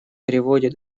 приводит